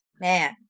Man